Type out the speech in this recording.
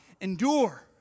endure